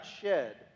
shed